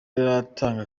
iratanga